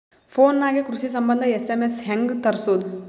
Phone ನಾಗೆ ಕೃಷಿ ಸಂಬಂಧ ಎಸ್.ಎಮ್.ಎಸ್ ಹೆಂಗ ತರಸೊದ?